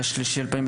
צוהריים טובים,